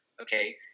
okay